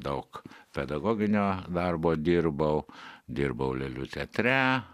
daug pedagoginio darbo dirbau dirbau lėlių teatre